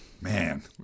Man